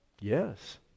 Yes